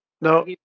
no